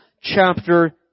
chapter